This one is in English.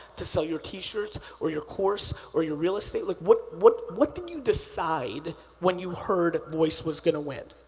to sell your t-shirts, or your course, or your real estate. like, what what what did you decide when you heard voice was gonna win?